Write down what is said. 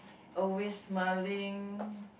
always smiling